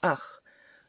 ach